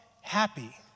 happy